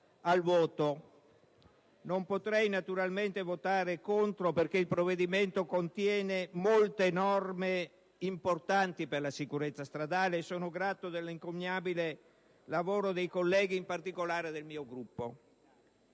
al voto. Non potrei naturalmente votare contro, perché il provvedimento contiene molte norme importanti per la sicurezza stradale, e sono grato dell'encomiabile lavoro dei colleghi, in particolare del mio Gruppo.